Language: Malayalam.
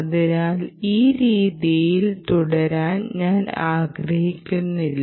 അതിനാൽ ഈ രീതിയിൽ തുടരാൻ ഞാൻ ആഗ്രഹിക്കുന്നില്ല